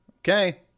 Okay